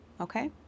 okay